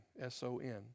S-O-N